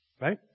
Right